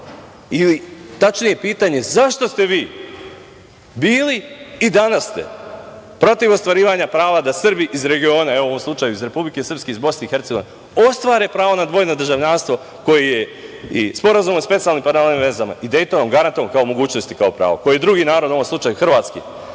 Ili, tačnije, zašto ste vi bili a i danas ste protiv ostvarivanja prava da Srbi iz regiona, u ovom slučaju iz Republike Srpske, iz BiH, ostvare pravo na dvojno državljanstvo koje je i Sporazumom o specijalnim paralelnim vezama i Dejtonom garantovano kao mogućnost i kao pravo, koji drugi narod, u ovom slučaju hrvatski,